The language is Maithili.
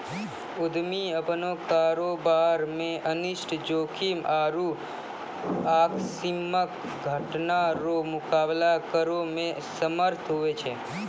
उद्यमी अपनो कारोबार मे अनिष्ट जोखिम आरु आकस्मिक घटना रो मुकाबला करै मे समर्थ हुवै छै